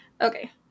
Okay